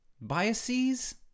biases